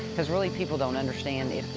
cause really people don't understand.